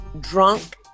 drunk